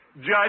judge